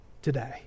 today